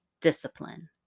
discipline